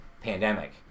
pandemic